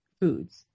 foods